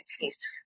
taste